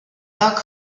tak